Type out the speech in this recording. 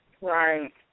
Right